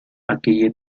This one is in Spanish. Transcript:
aquella